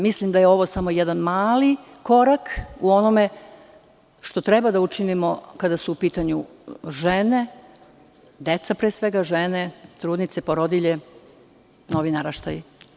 Mislim da je ovo samo jedan mali korak u onome što treba da učinimo kada su u pitanju deca pre svega žene, trudnice, porodilje, novi naraštaj.